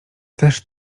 też